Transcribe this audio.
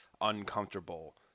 uncomfortable